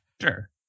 Sure